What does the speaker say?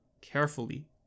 carefully